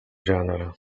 gènere